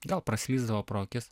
gal praslysdavo pro akis